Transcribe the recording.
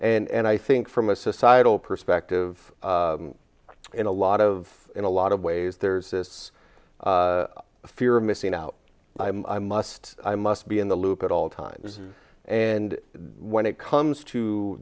and i think from a societal perspective in a lot of in a lot of ways there's this fear of missing out i'm must i must be in the loop at all times and when it comes to